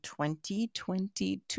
2022